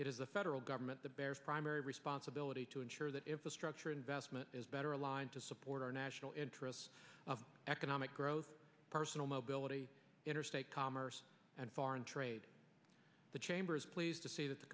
is the federal government the bears primary responsibility to ensure that infrastructure investment is better aligned to support our national interests economic growth personal mobility interstate commerce and foreign trade the chamber is pleased to see that the